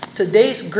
today's